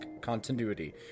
continuity